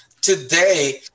today